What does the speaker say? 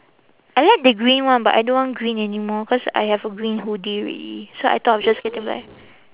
I like the green one but I don't want green anymore cause I have a green hoodie already so I thought of just getting black